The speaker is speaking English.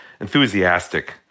enthusiastic